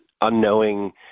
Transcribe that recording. unknowing